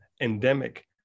endemic